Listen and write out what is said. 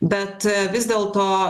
bet vis dėlto